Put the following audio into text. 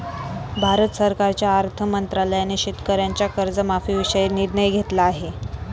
भारत सरकारच्या अर्थ मंत्रालयाने शेतकऱ्यांच्या कर्जमाफीविषयी निर्णय घेतला आहे